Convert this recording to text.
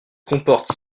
comporte